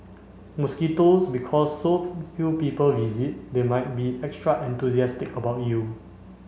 mosquitoes Because so few people visit they might be extra enthusiastic about you